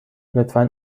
لطفا